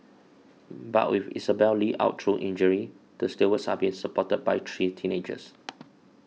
but with Isabelle Li out through injury the stalwarts are being supported by three teenagers